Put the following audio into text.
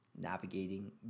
navigating